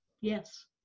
Yes